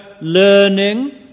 learning